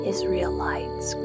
Israelites